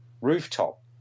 rooftop